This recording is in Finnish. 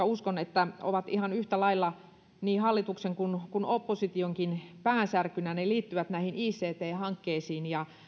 uskon olevan ihan yhtä lailla niin hallituksen kuin oppositionkin päänsärkynä ne liittyvät ict hankkeisiin ja